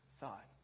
thought